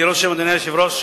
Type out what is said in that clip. אדוני היושב-ראש,